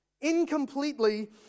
incompletely